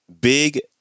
Big